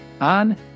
on